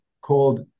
called